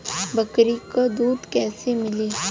बकरी क दूध कईसे मिली?